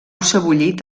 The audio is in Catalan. sebollit